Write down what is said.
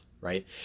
right